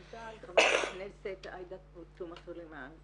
תודה לחברת הכנסת עאידה תומא סלימאן,